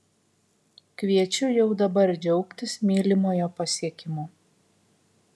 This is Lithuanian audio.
kviečiu jau dabar džiaugtis mylimojo pasiekimu